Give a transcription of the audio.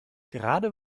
gerade